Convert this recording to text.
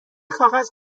کاغذ